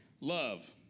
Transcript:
Love